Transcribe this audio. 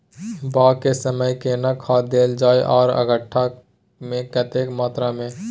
बाग के समय केना खाद देल जाय आर कट्ठा मे कतेक मात्रा मे?